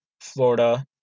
Florida